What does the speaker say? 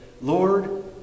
Lord